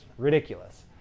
ridiculous